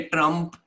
Trump